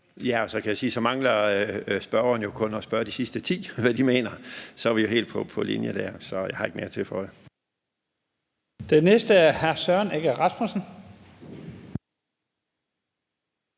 at så mangler spørgeren jo kun at spørge de sidste ti om, hvad de mener. Så er vi jo helt på linje der. Så jeg har ikke mere at tilføje.